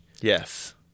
Yes